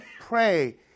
pray